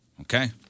Okay